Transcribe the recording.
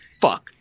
Fuck